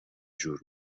جور